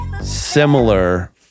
similar